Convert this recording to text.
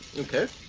okay.